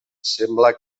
sembla